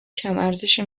کمارزشی